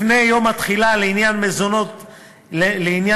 לפני יום התחילה לעניין מזונות גרושה,